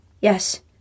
Yes